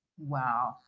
wow